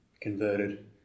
converted